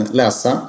läsa